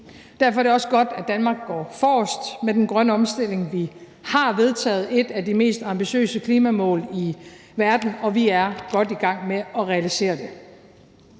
Derfor er det også godt, at Danmark går forrest med den grønne omstilling. Vi har vedtaget et af de mest ambitiøse klimamål i verden, og vi er godt i gang med at realisere det.